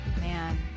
man